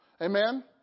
Amen